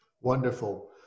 Wonderful